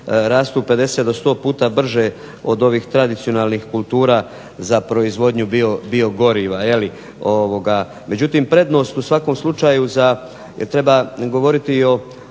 rastu 50 do 100 puta brže od ovih tradicionalnih kultura za proizvodnju biogoriva jel'. Međutim, prednost u svakom slučaju jer treba govoriti i o